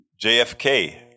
JFK